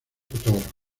fotógrafa